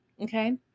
Okay